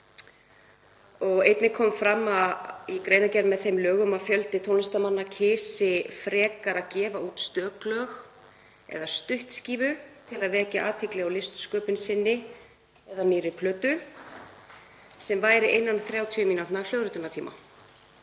Einnig kom fram í greinargerð með þeim lögum að fjöldi tónlistarmanna kysi frekar að gefa út stök lög eða stuttskífu til að vekja athygli á listsköpun sinni eða nýrri plötu sem væri innan 30 mínútna hljóðritunartíma.